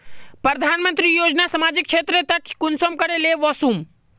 प्रधानमंत्री योजना सामाजिक क्षेत्र तक कुंसम करे ले वसुम?